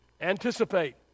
Anticipate